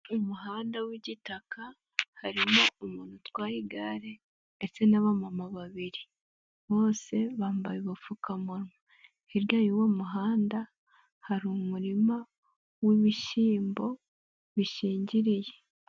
Mu muhanda wigitaka harimo umuntu utwaye igare ndetse n'abamama babiri bose bambaye ubupfukamunwa, hirya y'uwo muhanda hari umurima w'ibishyimbo bishingiriye.